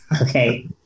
Okay